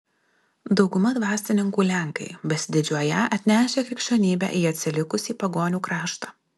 dauguma dvasininkų lenkai besididžiuoją atnešę krikščionybę į atsilikusį pagonių kraštą